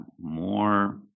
more